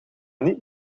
niet